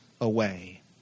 away